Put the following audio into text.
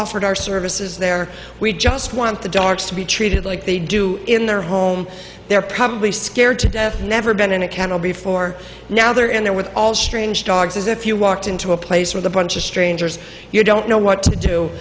offered our services there we just want the darks to be treated like they do in their home they're probably scared to death and never been in a kennel before now they're in there with all strange dogs as if you walked into a place with a bunch of strangers you don't know what to do